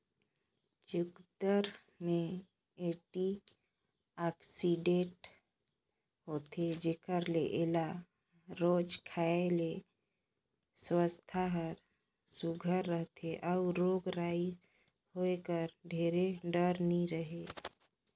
चुकंदर में एंटीआक्सीडेंट होथे जेकर ले एला रोज खाए ले सुवास्थ हर सुग्घर रहथे अउ रोग राई होए कर ढेर डर नी रहें